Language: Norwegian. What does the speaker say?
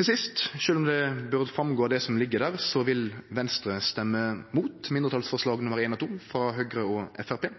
Til sist, sjølv om det bør gå fram av det som ligg der, vil Venstre stemme mot mindretalsforslaga nr. 1 og 2, frå Høgre og Framstegspartiet,